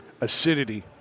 Acidity